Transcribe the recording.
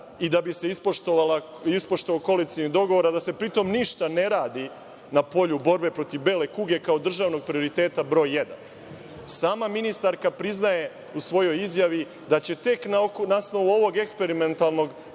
i da bi se ispoštovao koalicioni dogovor, a da se pri tom ništa ne radi na polju borbe protiv bele kuge kao državnog prioriteta broj jedan. Sama ministarka priznaje u svojoj izjavi da će tek na osnovu ovog eksperimentalnog